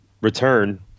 return